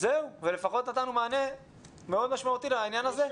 ולפחות נתנו מענה מאוד משמעותי לעניין הזה.